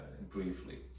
briefly